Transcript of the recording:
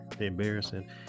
embarrassing